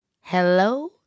Hello